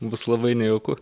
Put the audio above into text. bus labai nejauku